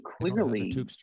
clearly